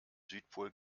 südpol